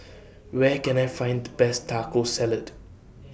Where Can I Find The Best Taco Salad